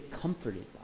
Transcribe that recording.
comforted